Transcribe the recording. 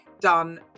done